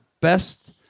best